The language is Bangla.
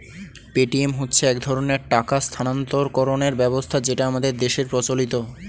পেটিএম হচ্ছে এক ধরনের টাকা স্থানান্তরকরণের ব্যবস্থা যেটা আমাদের দেশের প্রচলিত